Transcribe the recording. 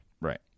Right